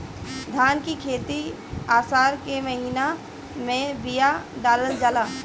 धान की खेती आसार के महीना में बिया डालल जाला?